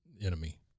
enemy